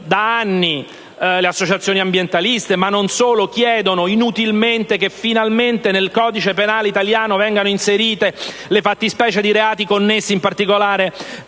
Da anni le associazioni ambientaliste, ma non solo, chiedono inutilmente che finalmente nel codice penale italiano vengano inserite le fattispecie di reati connessi in particolare